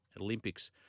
Olympics